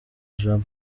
jean